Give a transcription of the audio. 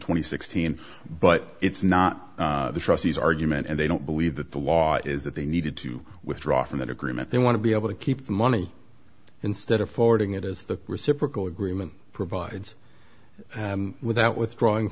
and sixteen but it's not the trustees argument and they don't believe that the law is that they needed to withdraw from that agreement they want to be able to keep the money instead of forwarding it is the reciprocal agreement provides with that withdrawing